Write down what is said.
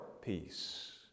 peace